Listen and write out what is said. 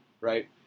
right